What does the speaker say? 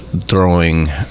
throwing